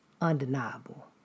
undeniable